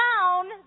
down